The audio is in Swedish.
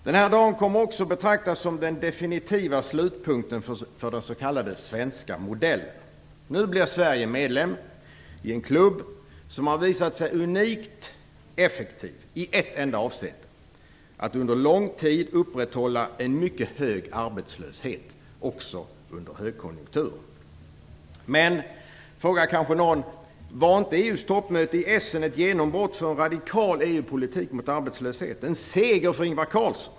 Den dagen kommer också att betraktas som den definitiva slutpunkten för den s.k. svenska modellen. Nu blir Sverige medlem i en klubb som har visat sig unikt effektiv i ett enda avseende, att under lång tid upprätthålla en mycket hög arbetslöshet också under högkonjunktur. Någon kanske frågar: Var inte EU:s toppmöte i Essen ett genombrott för en radikal EU-politik mot arbetslöshet och en seger för Ingvar Carlsson?